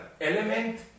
element